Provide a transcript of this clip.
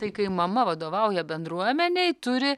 tai kai mama vadovauja bendruomenei turi